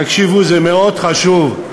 תקשיבו, זה מאוד חשוב.